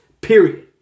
period